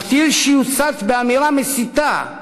לפתיל שיוצת באמירה מסיתה,